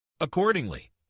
Accordingly